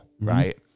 right